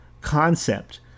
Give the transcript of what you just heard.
concept